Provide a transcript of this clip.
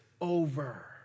over